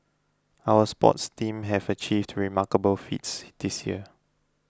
our sports teams have achieved remarkable feats this year